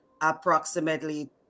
approximately